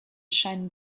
scheinen